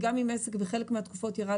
וגם אם עסק בחלק מהתקופות ירד